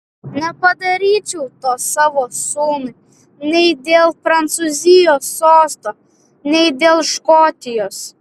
nepadaryčiau to savo sūnui nei dėl prancūzijos sosto nei dėl škotijos